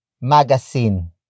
magazine